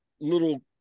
little